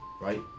right